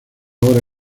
ahora